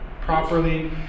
properly